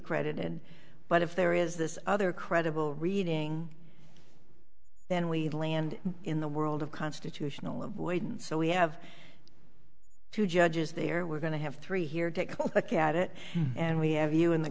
credited but if there is this other credible reading then we land in the world of constitutional avoidance so we have two judges there we're going to have three here take a look at it and we have you in the